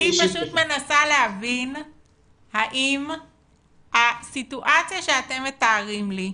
אני פשוט מנסה להבין האם הסיטואציה שאתם מתארים לי,